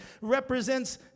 represents